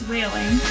Wailing